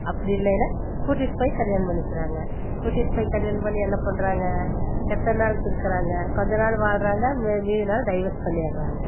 அப்படி இல்லைனா கூட்டிட்டு போய் கல்யாணம் பண்ணிக்கிறாங்க கூட்டிட்டு போய் கல்யாணம் பண்ணி என்ன பண்ணுறாங்க எத்தனை நாளுக்கு இருக்கிறாங்க கொஞ்சம் நாள் வாழ்கிறாங்க மீதி நாள் டைவஸ் பண்ணிடுறாங்க